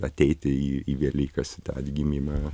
ateiti į į velykas į tą atgimimą